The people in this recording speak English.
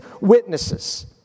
witnesses